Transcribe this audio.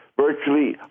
virtually